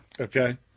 Okay